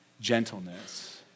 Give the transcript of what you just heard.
gentleness